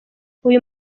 uyu